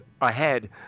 ahead